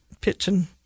pitching